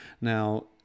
Now